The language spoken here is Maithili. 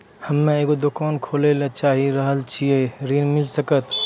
हम्मे एगो दुकान खोले ला चाही रहल छी ऋण मिल सकत?